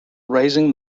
raising